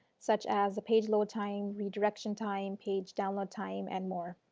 such as the page load time, redirection time, page download time and more.